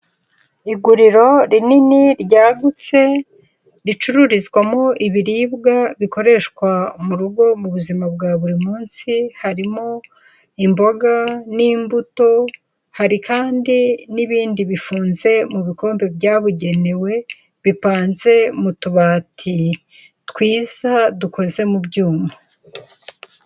Iguriro rinini ryagutse ricururizwamo ibiribwa bikoreshwa mu rugo mu buzima bwa buri munsi, harimo imboga n'imbuto, hari kandi n'ibindi bifunze mu bikombe byabugenewe bipanze mu tubati twiza dukoze mu byuma.